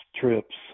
trips